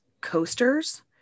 coasters